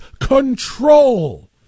control